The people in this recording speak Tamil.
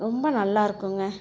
ரொம்ப நல்லா இருக்குங்க